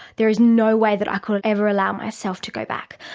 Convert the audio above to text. there is no way that i could ever allow myself to go back.